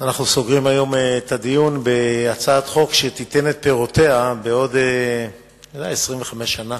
אנחנו סוגרים היום את הדיון בהצעת חוק שתיתן את פירותיה בעוד 25 שנה.